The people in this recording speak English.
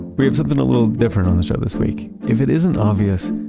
we have something little different on the show this week. if it isn't obvious,